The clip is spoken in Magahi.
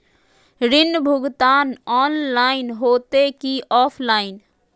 ऋण भुगतान ऑनलाइन होते की ऑफलाइन?